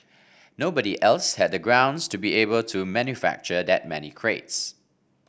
nobody else had the grounds to be able to manufacture that many crates